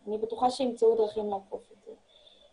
אני בטוחה שימצאו דרכים לעקוף את זה.